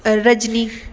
Rajni